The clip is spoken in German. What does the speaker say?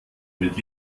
mit